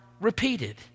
repeated